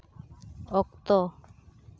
ᱚᱠᱛᱚ